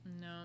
no